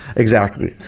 exactly.